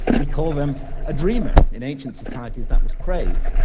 we call them a dreamer. in ancient societies that was praise.